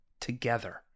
together